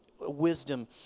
wisdom